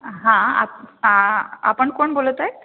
हां आप आ आपण कोण बोलत आहे